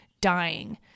dying